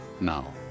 now